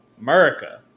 America